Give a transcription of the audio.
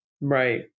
Right